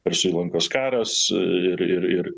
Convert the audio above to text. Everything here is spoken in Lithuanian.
persų įlankos karas ir ir ir